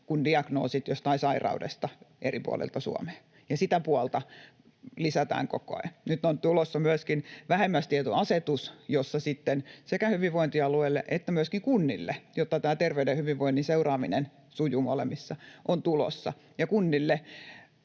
kuin diagnoosit jostain sairaudesta eri puolilta Suomea, ja sitä puolta lisätään koko ajan. Nyt on tulossa myöskin vähimmäistietoasetus sekä hyvinvointialueille että myöskin kunnille, jotta tämä terveyden ja hyvinvoinnin seuraaminen sujuu molemmissa.